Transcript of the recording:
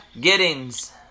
Giddings